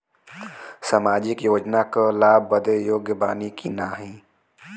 सामाजिक योजना क लाभ बदे योग्य बानी की नाही?